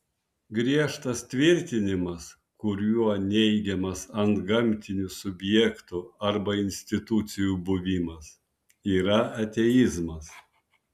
griežtas tvirtinimas kuriuo neigiamas antgamtinių subjektų arba institucijų buvimas yra ateizmas